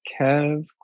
Kev